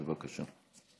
בבקשה.